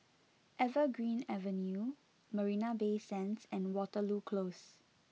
Evergreen Avenue Marina Bay Sands and Waterloo Close